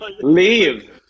leave